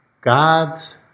God's